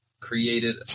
created